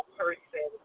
person